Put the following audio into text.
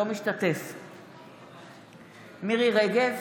אינו משתתף בהצבעה מירי מרים רגב,